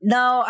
Now